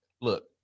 look